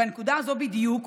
בנקודה הזו בדיוק,